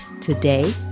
Today